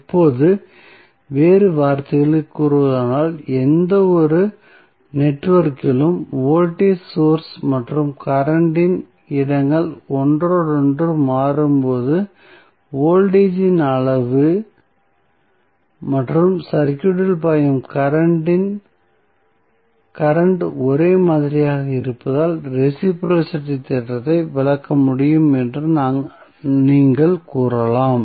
இப்போது வேறு வார்த்தைகளில் கூறுவதானால் எந்தவொரு நெட்வொர்க்கிலும் வோல்டேஜ் சோர்ஸ் மற்றும் கரண்ட் இன் இடங்கள் ஒன்றோடொன்று மாறும்போது வோல்டேஜ் இன் அளவு மற்றும் சர்க்யூட்டில் பாயும் கரண்ட் ஒரே மாதிரியாக இருப்பதால் ரெஸிபிரோஸிட்டி தேற்றத்தை விளக்க முடியும் என்றும் நீங்கள் கூறலாம்